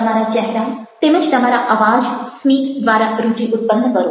તમારા ચહેરા તેમજ તમારા અવાજ સ્મિત દ્વારા રુચિ ઉત્પન્ન કરો